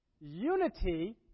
unity